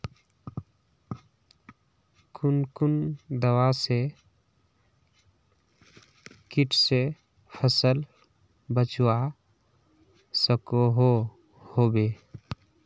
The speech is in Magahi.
कुन कुन दवा से किट से फसल बचवा सकोहो होबे?